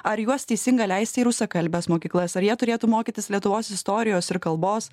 ar juos teisinga leisti į rusakalbes mokyklas ar jie turėtų mokytis lietuvos istorijos ir kalbos